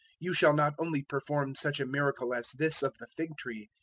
you shall not only perform such a miracle as this of the fig-tree,